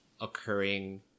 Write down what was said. occurring